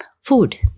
food